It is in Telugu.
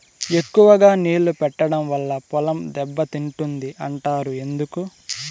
ఎక్కువగా నీళ్లు పెట్టడం వల్ల పొలం దెబ్బతింటుంది అంటారు ఎందుకు?